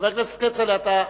חבר הכנסת כצל'ה,